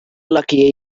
luckier